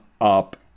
up